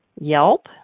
Yelp